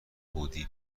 بودی